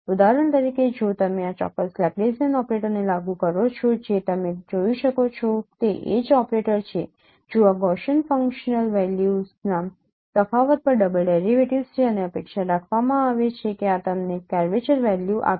ઉદાહરણ તરીકે જો તમે આ ચોક્કસ લેપ્લેસિયન ઓપરેટર ને લાગુ કરો છો જે તમે જોઈ શકો છો તે એડ્જ ઓપરેટર છે જો આ ગૌસિયન ફંક્શનલ વેલ્યુસના તફાવત પર ડબલ ડેરિવેટિવ્ઝ છે અને અપેક્ષા રાખવામાં આવે છે કે આ તમને કર્વેચર વેલ્યુ આપશે